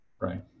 Right